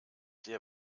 der